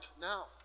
now